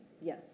Yes